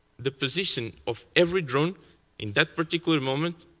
the position of every drone in that particular moment,